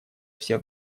все